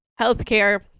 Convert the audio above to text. healthcare